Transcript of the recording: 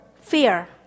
fear